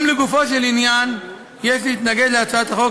גם לגופו של עניין יש להתנגד להצעת החוק,